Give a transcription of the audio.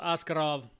Askarov